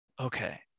okay